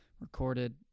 Recorded